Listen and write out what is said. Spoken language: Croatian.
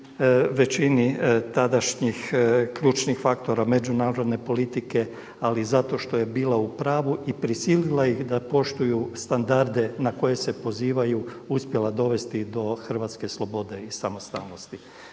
većini tadašnjih ključnih faktora međunarodne politike, ali zato što je bila u pravu i prisila ih da poštuju standarde na koje se pozivaju uspjela dovesti do hrvatske slobode i samostalnosti.